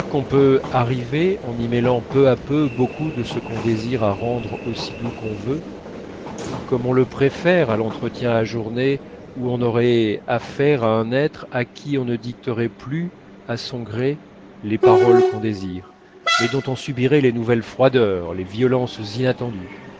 qu'on peut arriver en y mêlant peu à peu beaucoup de ce qu'on désire à rendre aussi doux qu'on veut comme on le préfère à l'entretien ajourné où on aurait affaire à un être à qui on ne dicterait plus à son gré les paroles qu'on désire mais dont on subirait les nouvelles froideurs les violences inattendues